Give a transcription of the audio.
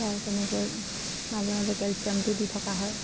খুৱাই তেনেকৈ মাজে মাজে কেলছিয়ামটো দি থকা হয়